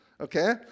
Okay